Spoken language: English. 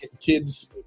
kids